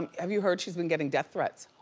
have you heard? she's been getting death threats.